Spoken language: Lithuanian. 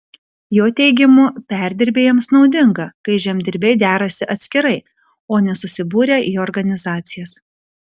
jo teigimu perdirbėjams naudinga kai žemdirbiai derasi atskirai o ne susibūrę į organizacijas